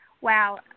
wow